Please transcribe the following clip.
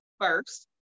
first